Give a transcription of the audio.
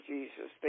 Jesus